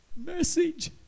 Message